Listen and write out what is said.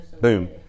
Boom